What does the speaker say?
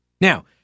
Now